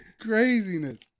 Craziness